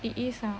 it is ah